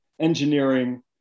engineering